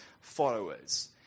followers